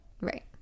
right